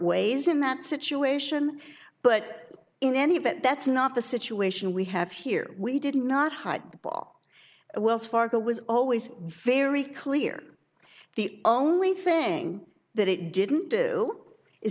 ways in that situation but in any event that's not the situation we have here we did not hide the ball wells fargo was always very clear the only thing that it didn't do is